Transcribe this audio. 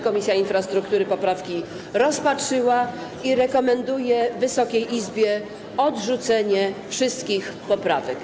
Komisja Infrastruktury poprawki rozpatrzyła i rekomenduje Wysokiej Izbie odrzucenie wszystkich poprawek.